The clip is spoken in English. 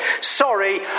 Sorry